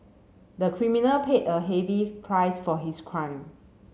the criminal paid a heavy price for his crime